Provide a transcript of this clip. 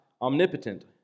omnipotent